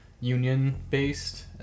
union-based